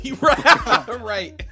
Right